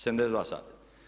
72 sata.